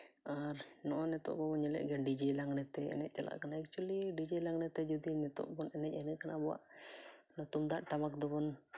ᱟᱨ ᱱᱚᱜᱼᱚᱭ ᱱᱤᱛᱚᱜ ᱵᱟᱵᱚᱱ ᱧᱮᱞᱮᱫ ᱜᱮᱭᱟ ᱰᱤᱡᱮ ᱞᱟᱜᱽᱲᱛᱮ ᱛᱮ ᱮᱱᱮᱡ ᱪᱟᱞᱟᱜ ᱠᱟᱱᱟ ᱮᱠᱪᱩᱭᱮᱞᱤ ᱰᱤᱡᱮ ᱞᱟᱜᱽᱲᱮᱛᱮ ᱡᱩᱫᱤ ᱱᱤᱛᱳᱜ ᱵᱚᱱ ᱮᱱᱮᱡ ᱟ ᱮᱸᱰᱮ ᱠᱷᱟᱱ ᱟᱵᱚᱣᱟᱜ ᱛᱩᱢᱫᱟᱹᱜ ᱴᱟᱢᱟᱠ ᱫᱚᱵᱚᱱ